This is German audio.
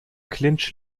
clinch